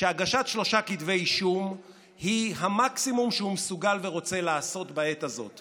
שהגשת שלושה כתבי אישום היא המקסימום שהוא מסוגל ורוצה לעשות בעת הזאת.